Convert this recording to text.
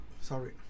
Sorry